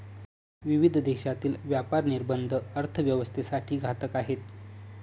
विविध देशांतील व्यापार निर्बंध अर्थव्यवस्थेसाठी घातक आहेत